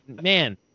man